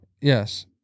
Yes